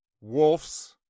wolves